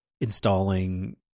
installing